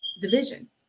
division